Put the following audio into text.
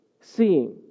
seeing